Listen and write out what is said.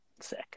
sick